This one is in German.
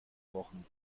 wochen